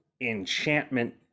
enchantment